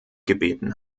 gebeten